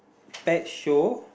tide show